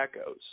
Echoes